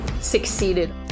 succeeded